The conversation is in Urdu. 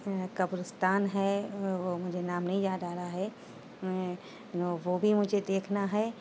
قبرستان ہے وہ مجھے نام نہیں یاد آ رہا ہے وہ بھی مجھے دیکھنا ہے